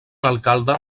alcalde